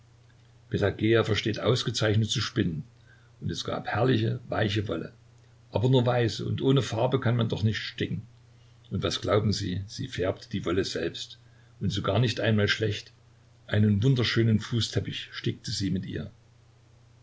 versteht ausgezeichnet zu spinnen und es gab herrliche weiche wolle aber nur weiße und ohne farben kann man doch nicht sticken und was glauben sie sie färbte die wolle selbst und sogar nicht einmal schlecht einen wunderschönen fußteppich stickte sie mit ihr